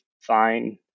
fine